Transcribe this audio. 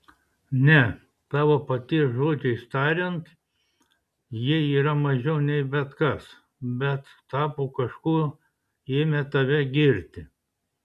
ne tavo paties žodžiais tariant jie yra mažiau nei bet kas bet tapo kažkuo ėmę tave girti